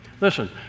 Listen